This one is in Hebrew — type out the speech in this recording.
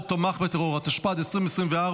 התשפ"ד 2024,